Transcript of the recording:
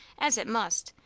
as it must,